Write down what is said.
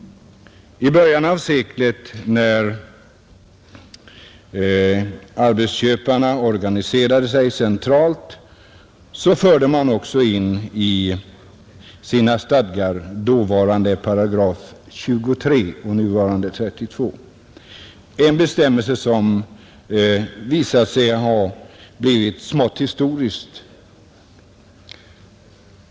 I början av seklet, när arbetsköparna organiserade sig centralt, förde man också in i sina stadgar dåvarande § 23, nuvarande § 32, en bestämmelse som visat sig bli smått historisk.